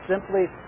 simply